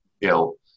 ill